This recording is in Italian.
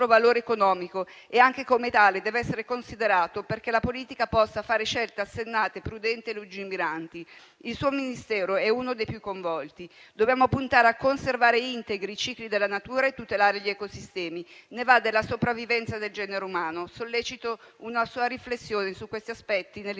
controvalore economico e anche come tale deve essere considerato, perché la politica possa fare scelte assennate, prudenti e lungimiranti. Il suo Ministero è uno dei più coinvolti. Dobbiamo puntare a conservare integri i cicli della natura e tutelare gli ecosistemi. Ne va della sopravvivenza del genere umano. Sollecito una sua riflessione su questi aspetti, nell'interesse